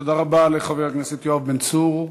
תודה רבה לחבר הכנסת יואב בן צור.